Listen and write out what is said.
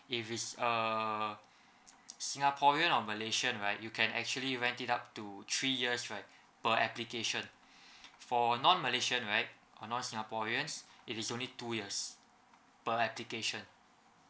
if it's a singaporean of malaysian right you can actually rent it to three years right per application for non malaysian right or not singaporeans it is only two years per application